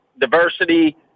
diversity